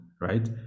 right